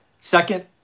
Second